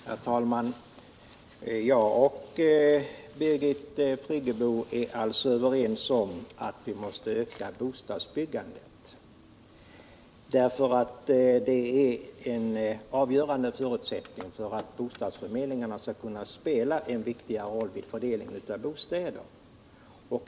Herr talman! Jag och Birgit Friggebo är alltså överens om att vi måste öka bostadsbyggandet därför att det är en avgörande förutsättning för att bostadsförmedlingarna skall kunna spela en viktigare roll vid fördelningen av bostäder.